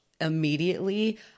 Immediately